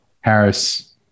Harris